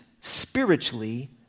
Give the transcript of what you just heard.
spiritually